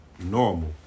normal